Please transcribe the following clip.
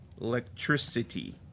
Electricity